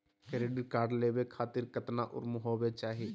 Credit card लेवे खातीर कतना उम्र होवे चाही?